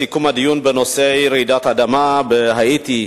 סיכום הדיון בנושא רעידת האדמה בהאיטי,